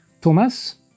Thomas